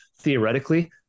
Theoretically